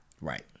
right